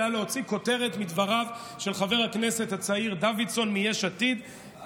אלא להוציא כותרת מדבריו של חבר הכנסת הצעיר דוידסון מיש עתיד,